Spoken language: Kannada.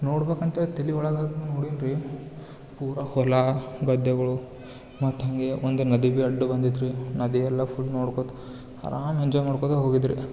ನೋಡ್ಬೇಕು ಅಂತೇಳಿ ತಲೆ ಒಳಗೆ ಹಾಕಿ ನೋಡಿನ್ರಿ ಪುರಾ ಹೊಲ ಗದ್ದೆಗಳು ಮತ್ಹೆಂಗೆ ಒಂದು ನದಿ ಬಿ ಅಡ್ಡ ಬಂದಿತ್ರಿ ನದಿಯೆಲ್ಲ ಫುಲ್ ನೋಡ್ಕೋತ ಆರಾಮ್ ಎಂಜಾಯ್ ಮಾಡ್ಕೋತ ಹೋಗಿದ್ರಿ